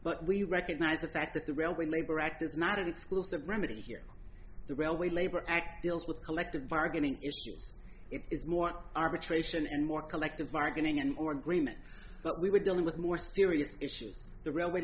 but we recognize the fact that the railway labor act is not exclusive remedy here the railway labor act deals with collective bargaining it is more arbitration and more collective bargaining and or agreement but we were dealing with more serious issues the r